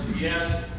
yes